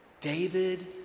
David